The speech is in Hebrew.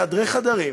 בחדרי חדרים,